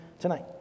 tonight